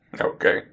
Okay